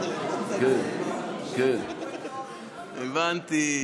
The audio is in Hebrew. אה, הבנתי.